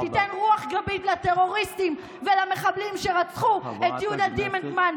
ותיתן רוח גבית לטרוריסטים ולמחבלים שרצחו את יהודה דימנטמן,